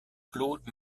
claude